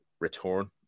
return